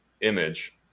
image